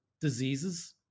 diseases